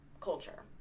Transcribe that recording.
culture